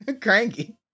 Cranky